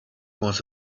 was